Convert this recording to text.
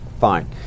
Fine